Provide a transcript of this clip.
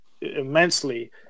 immensely